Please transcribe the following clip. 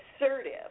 assertive